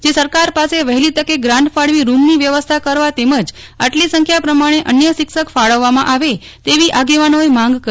જે સરકાર પાસે વહેલી તકે ગ્રાન્ટ ફાળવી રૂમની વ્યવસ્થા કરવા તેમજ આટલી સંખ્યા પ્રમાણે અન્ય શિક્ષક ફાળવામાં આવે તેવી આગેવાનોએ માંગ કરી હતી